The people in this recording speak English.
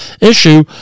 issue